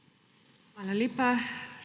Hvala lepa.